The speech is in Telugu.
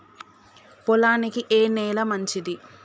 పొలానికి ఏ నేల మంచిది?